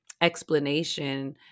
explanation